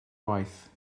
waith